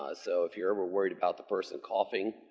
ah so, if you're ever worried about the person coughing,